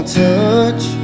touch